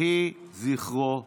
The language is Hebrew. יהי זכרו ברוך.